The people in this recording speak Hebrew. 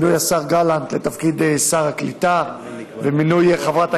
מינוי השר גלנט לתפקיד שר הקליטה ומינוי חברת